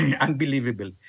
unbelievable